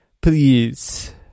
please